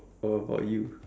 how about you